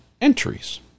entries